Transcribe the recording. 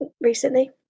recently